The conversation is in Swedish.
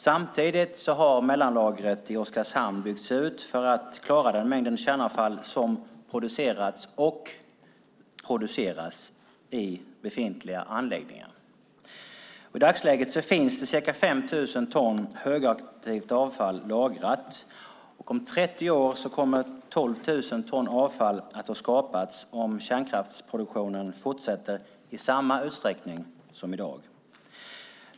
Samtidigt har mellanlagret i Oskarshamn byggts ut för att klara den mängd kärnavfall som producerats och produceras i befintliga anläggningar. I dagsläget finns det ca 5 000 ton högaktivt avfall lagrat. Om 30 år kommer 12 000 ton avfall att ha skapats om kärnkraftsproduktionen fortsätter i samma utsträckning som i dag.